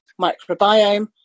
microbiome